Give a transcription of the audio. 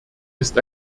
ist